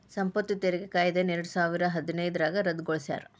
ಸಂಪತ್ತು ತೆರಿಗೆ ಕಾಯ್ದೆಯನ್ನ ಎರಡಸಾವಿರದ ಹದಿನೈದ್ರಾಗ ರದ್ದುಗೊಳಿಸ್ಯಾರ